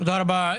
תודה רבה